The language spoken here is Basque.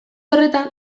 horretan